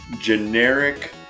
generic